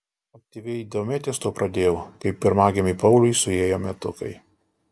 aktyviai domėtis tuo pradėjau kai pirmagimiui pauliui suėjo metukai